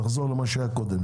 נחזור למה שהיה קודם,